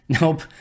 Nope